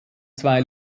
zwei